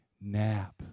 nap